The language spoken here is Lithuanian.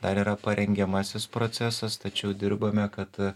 dar yra parengiamasis procesas tačiau dirbame kad